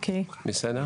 בסדר?